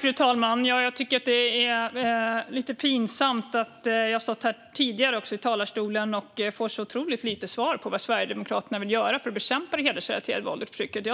Fru talman! Jag tycker att det är lite pinsamt. Jag har även tidigare stått här i talarstolen och fått så otroligt få svar på vad Sverigedemokraterna vill göra för att bekämpa det hedersrelaterade våldet och förtrycket.